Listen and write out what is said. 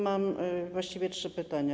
Mam właściwie trzy pytania.